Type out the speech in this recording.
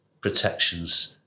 protections